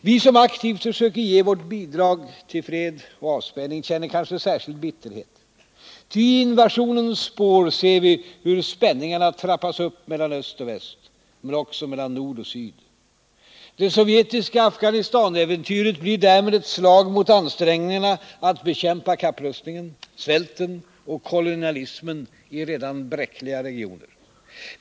Vi som aktivt försöker ge vårt bidrag till fred och avspänning känner kanske särskild bitterhet, ty i invasionens spår ser vi hur spänningarna trappas upp mellan öst och väst, men också mellan nord och syd. Det sovjetiska Afghanistanäventyret blir därmed ett slag mot ansträngningarna att bekämpa kapprustningen, svälten och kolonialismen i redan bräckliga regioner.